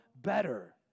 better